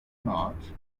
not